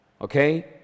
okay